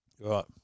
Right